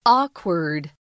awkward